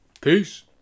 Peace